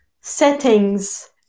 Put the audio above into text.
settings